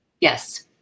Yes